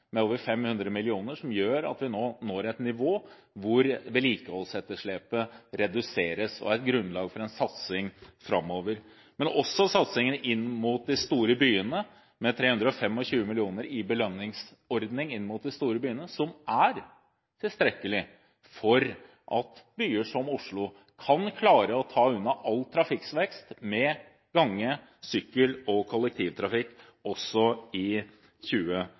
med over 500 mill. kr, som gjør at vi nå når et nivå hvor vedlikeholdsetterslepet reduseres og er grunnlag for en satsing framover, men vi får også satsingen på 325 mill. kr i belønningsordningen, inn mot de store byene, som er tilstrekkelig for at byer som Oslo kan klare å ta unna all trafikkvekst med gange, sykkel og kollektivtrafikk også i